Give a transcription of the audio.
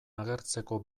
agertzeko